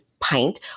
pint